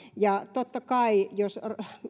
totta kai jos